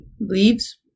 leaves